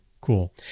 cool